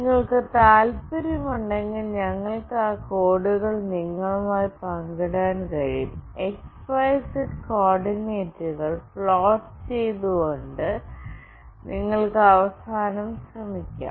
നിങ്ങൾക്ക് താൽപ്പര്യമുണ്ടെങ്കിൽ ഞങ്ങൾക്ക് ആ കോഡുകൾ നിങ്ങളുമായി പങ്കിടാൻ കഴിയും x y z coordinates plot ചെയ്തുകൊണ്ട് നിങ്ങൾക്ക് അവസാനം ശ്രമിക്കാം